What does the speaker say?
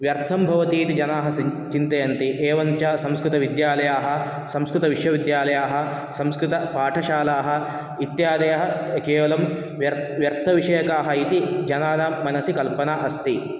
व्यर्थं भवतीति इति जनाः चिन्तयन्ति एवञ्च संस्कृतविद्यालयाः संस्कृतविश्वविद्यालयाः संस्कृतपाठशालाः इत्यादयः केवलं व्यर्थविषयकाः इति जनानां मनसि कल्पना अस्ति